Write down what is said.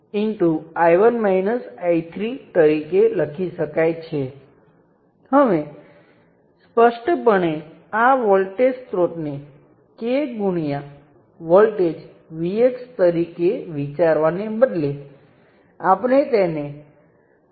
હવે આનો અર્થ શું છે તેનો અર્થ એ છે કે મેં આનો ઉલ્લેખ અગાઉ કર્યો હતો અને તેનો ઉપયોગ અગાઉ પણ કર્યો હતો જો મારી પાસે સર્કિટમાં સમાન વોલ્ટેજવાળા બે નોડ હોય તો હું સર્કિટમાં બીજું કંઈપણ બદલ્યા વિના બંનેને જોડી શકું છું